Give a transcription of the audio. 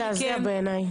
זה מזעזע בעיניי.